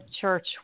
church